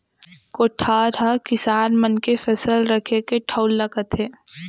कोठार हकिसान मन के फसल रखे के ठउर ल कथें